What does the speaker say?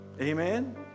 Amen